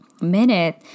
minute